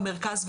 במרכז,